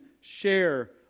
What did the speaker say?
share